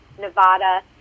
Nevada